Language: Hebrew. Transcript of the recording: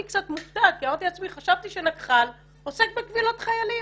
קצת מופתעת כי חשבתי שנקח"ל עוסק בקבילות חיילים,